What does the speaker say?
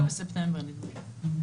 1 בספטמבר, נדמה לי.